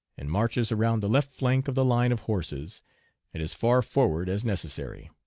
and marches around the left flank of the line of horses and as far forward as necessary.